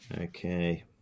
Okay